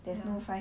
ya